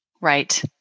Right